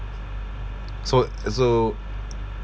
so uh so